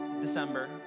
december